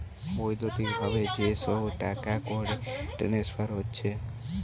বৈদ্যুতিক ভাবে যে সব টাকাকড়ির ট্রান্সফার হচ্ছে